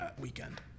weekend